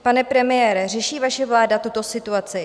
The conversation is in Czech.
Pane premiére, řeší vaše vláda tuto situaci?